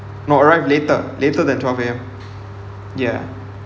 not arrive later later than twelve A_M ya